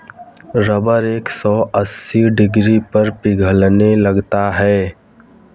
rubber एक सौ अस्सी डिग्री पर पिघलने लगता है